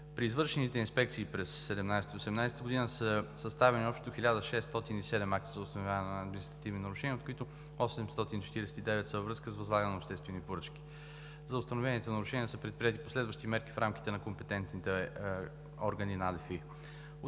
При извършените инспекции през 2017 г. и 2018 г. са съставени общо 1607 акта за установяване на административни нарушения, от които 849 са във връзка с възлагане на обществени поръчки. За установените нарушения са предприети последващи мерки в рамките на компетентните органи на